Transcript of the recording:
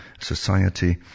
society